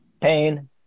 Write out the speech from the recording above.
pain